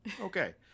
okay